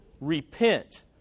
Repent